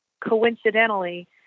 coincidentally